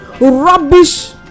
rubbish